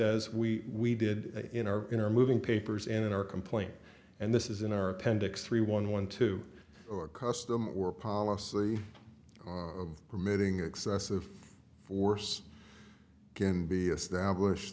as we did in our in our moving papers in our complaint and this is in our appendix three one one two or custom or policy permitting excessive force can be established